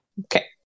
Okay